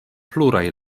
pluraj